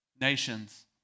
nations